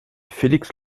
félix